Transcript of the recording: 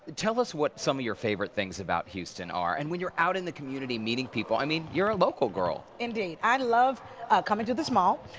tell us what some of your favorite things about houston are and when you're out in the community meeting people, i mean you're a local girl. indeed. i love coming to this mall.